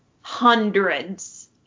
hundreds